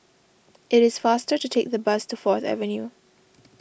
it is faster to take the bus to Fourth Avenue